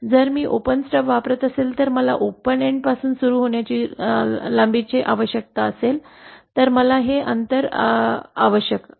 जर मी open stub वापरत असेल तर मला ओपन एन्डपासून सुरू होण्याच्या लांबीची आवश्यकता असेल तर मला हे अंतर आवश्यक आहे